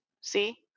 See